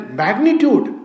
magnitude